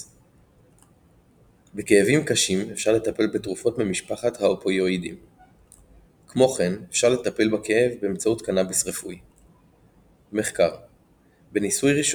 NSAID's. בכאבים קשים אפשר לטפל בתרופות ממשפחת האופיואידים.